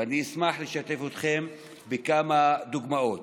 ואני אשמח לשתף אתכם בכמה דוגמאות: